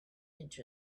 inch